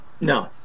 No